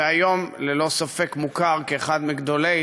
שהיום ללא ספק מוכר כאחד מגדולי